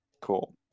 Cool